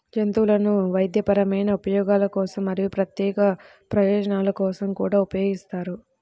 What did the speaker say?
జంతువులను వైద్యపరమైన ఉపయోగాల కోసం మరియు ప్రత్యేక ప్రయోజనాల కోసం కూడా ఉపయోగిస్తారు